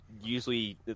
usually